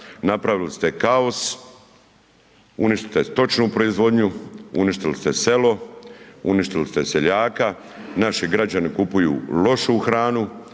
napravili ste kaos, uništili ste stočnu proizvodnju, uništili ste selo, uništili se seljaka, naši građani kupuju lošu hranu,